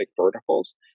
verticals